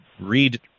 read